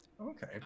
Okay